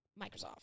Microsoft